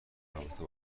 رابطه